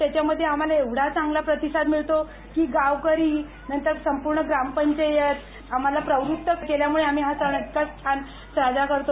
त्याच्यामध्ये आम्हाला एवढा चांगला प्रतदसाद मिळतो की गावकरी नंतर संपर्ण ग्रामपंचायत यांनी आम्हाला प्रवत्त केल्यामळं आम्ही हा सण इतका छान साजरा करतो